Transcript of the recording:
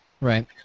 Right